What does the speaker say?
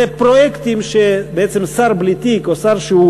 זה פרויקטים ששר בלי תיק או שר שהוא